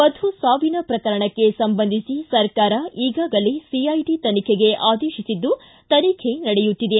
ಮಧು ಸಾವಿನ ಪ್ರಕರಣಕ್ಕೆ ಸಂಬಂಧಿಸಿ ಸರಕಾರ ಈಗಾಗಲೇ ಸಿಐಡಿ ತನಿಖೆಗೆ ಆದೇಶಿಸಿದ್ದು ತನಿಖೆ ನಡೆಯುತ್ತಿದೆ